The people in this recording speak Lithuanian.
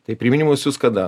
tai priminimus siųs kada